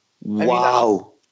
wow